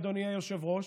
אדוני היושב-ראש,